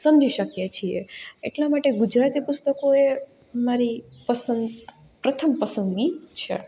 સમજી શકીએ છીએ એટલા માટે ગુજરાતી પુસ્તકો એ મારી પસંદ પ્રથમ પસંદગી છે